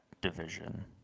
division